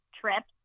trips